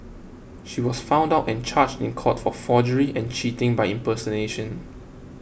she was found out and charged in court for forgery and cheating by impersonation